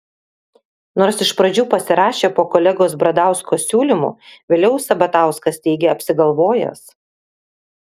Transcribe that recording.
nors iš pradžių pasirašė po kolegos bradausko siūlymu vėliau sabatauskas teigė apsigalvojęs